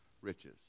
riches